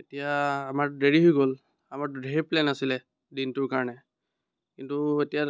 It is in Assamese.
এতিয়া আমাৰতো দেৰি হৈ গ'ল আমাৰতো ঢেৰ প্লেন আছিলে দিনটোৰ কাৰণে কিন্তু এতিয়া